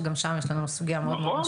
שגם שם יש לנו סוגייה מאוד-מאוד משמעותית.